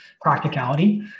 practicality